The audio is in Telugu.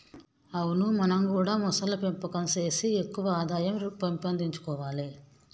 అవును మనం గూడా మొసళ్ల పెంపకం సేసి ఎక్కువ ఆదాయం పెంపొందించుకొవాలే